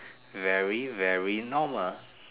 very very normal